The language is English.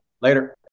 Later